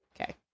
Okay